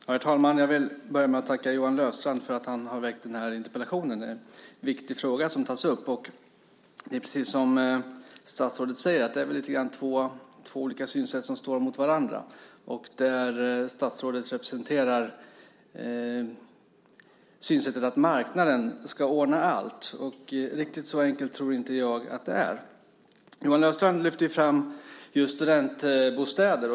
Herr talman! Jag vill börja med att tacka Johan Löfstrand för att han ställt den här interpellationen. Det är en viktig fråga som tas upp. Precis som statsrådet säger är det två olika synsätt som lite grann står mot varandra. Statsrådet representerar synsättet att marknaden ska ordna allt. Riktigt så enkelt tror jag emellertid inte att det är. Johan Löfstrand lyfte fram frågan om studentbostäder.